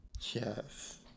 yes